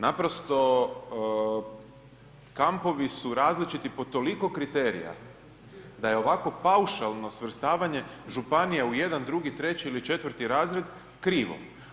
Naprosto kampovi su različiti po toliko kriterija da je ovakvo paušalno svrstavanje županija u jedan, drugi, treći ili četvrti razred krivo.